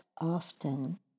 often